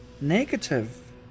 negative